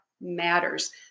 matters